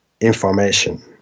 information